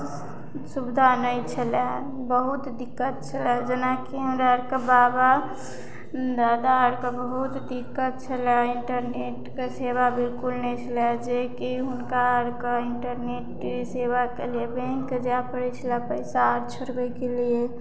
सुविधा नहि छलए बहुत दिक्कत छलए जेनाकि हमरा आरके बाबा दादा आरके बहुत दिक्कत छलए इन्टरनेटके सेवा बिलकुल नहि छलै जेकि हुनका आरके इन्टरनेट सेवाके लिए बैंक जाए पड़ै छलए पैसा आर छोड़बैके लिए